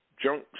junk